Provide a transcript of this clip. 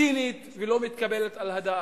צינית ולא מתקבלת על הדעת,